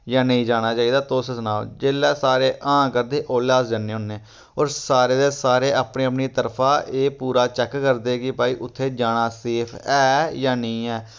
जां नेईं जाना चाहिदा तुस सनाओ जेल्लै सारे हां करदे ओल्लै अस जन्ने होन्ने होर सारे दे सारे अपनी अपनी तरफा एह् पूरा चैक करदे कि भाई उत्थे जाना सेफ ऐ जां नीं ऐ